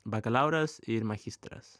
bakalauras ir machistras